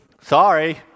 sorry